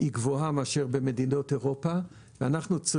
היא גבוהה מאשר במדינות אירופה.